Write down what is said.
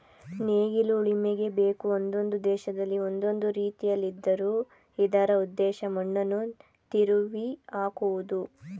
ನೇಗಿಲು ಉಳುಮೆಗೆ ಬೇಕು ಒಂದೊಂದು ದೇಶದಲ್ಲಿ ಒಂದೊಂದು ರೀತಿಲಿದ್ದರೂ ಇದರ ಉದ್ದೇಶ ಮಣ್ಣನ್ನು ತಿರುವಿಹಾಕುವುದು